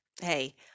Hey